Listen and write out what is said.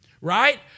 right